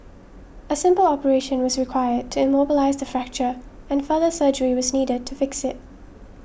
a simple operation was required to immobilise the fracture and further surgery was needed to fix it